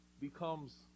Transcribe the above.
becomes